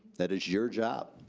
that is your job.